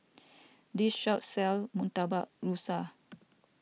this shop sells Murtabak Rusa